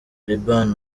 liban